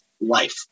life